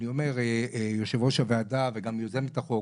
אני אומר כבוד יושבת ראש הוועדה וגם יוזמת החוק